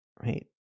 right